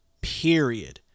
Period